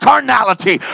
Carnality